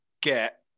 get